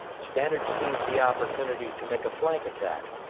stannard seized the opportunity to make a flank attack,